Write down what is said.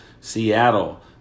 Seattle